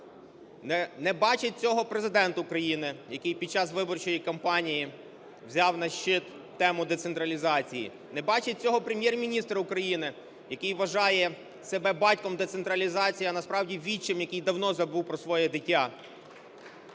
Не бачить цього Президент України, який під час виборчої кампанії взяв на щит тему децентралізації. Не бачить цього Прем'єр-міністр України, який вважає себе батьком децентралізації, а насправді вітчим, який давно забув про своє дитя.